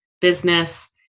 business